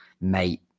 mate